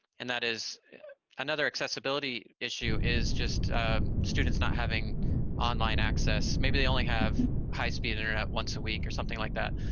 and that is another accessibility issue is just students not having online access. maybe they only have high-speed internet once a week or something like that,